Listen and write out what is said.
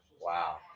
Wow